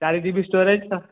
ଚାରି G B storage